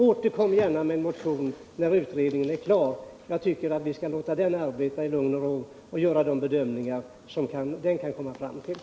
Återkom gärna med en motion när utredningen är klar, men jag tycker att vi skall låta den arbeta i lugn och ro och göra de bedömningar som den kan komma fram till.